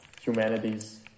humanities